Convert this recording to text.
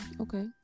Okay